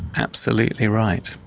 absolutely right.